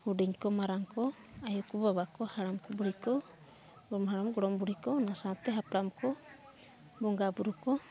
ᱦᱩᱰᱤᱧ ᱠᱚ ᱢᱟᱨᱟᱝ ᱠᱚ ᱟᱭᱳ ᱠᱚ ᱵᱟᱵᱟ ᱠᱚ ᱦᱟᱲᱟᱢ ᱠᱚ ᱵᱩᱲᱦᱤ ᱠᱟ ᱜᱚᱲᱚᱢ ᱦᱟᱲᱟᱢ ᱜᱚᱲᱚᱢ ᱵᱩᱰᱷᱤ ᱠᱚ ᱚᱱᱟ ᱥᱟᱶᱛᱮ ᱦᱟᱯᱲᱟᱢ ᱠᱚ ᱵᱚᱸᱜᱟ ᱵᱩᱨᱩ ᱠᱚ